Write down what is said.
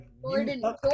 Jordan